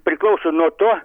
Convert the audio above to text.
priklauso nuo to